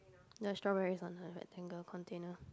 ya strawberries on her rectangular container